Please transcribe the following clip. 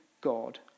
God